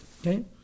Okay